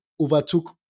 overtook